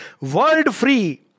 world-free